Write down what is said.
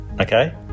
okay